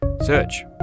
Search